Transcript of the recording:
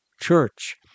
church